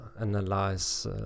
analyze